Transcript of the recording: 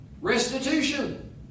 restitution